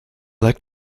liked